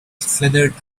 slithered